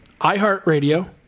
iHeartRadio